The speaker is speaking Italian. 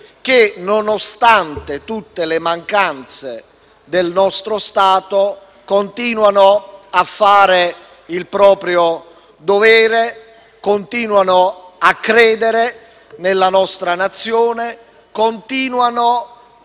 che, nonostante le mancanze del nostro Stato, continuano a fare il proprio dovere, a credere nella nostra Nazione, continuano